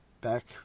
Back